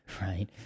Right